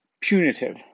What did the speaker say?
punitive